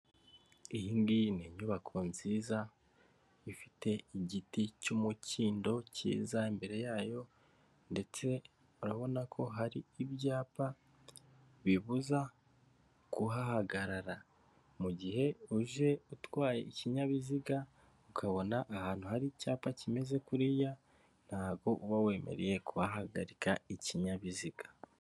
Iyi ngiyi ni inyubako nziza ifite igiti cy'umukindo kiza imbere yayo ndetse urabona ko hari ibyapa bibuza kuhahagarara .Mu gihe uje utwaye ikinyabiziga ukabona ahantu hari icyapa kimeze kuriya ntago uba wemereye kuba wahagarika ikinyabiziga.